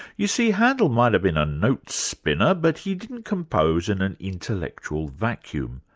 you see, handel might have been a note-spinner but he didn't compose in an intellectual vacuum,